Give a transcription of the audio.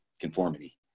conformity